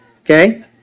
Okay